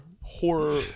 horror